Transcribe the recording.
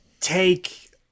take